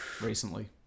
recently